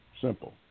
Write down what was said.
Simple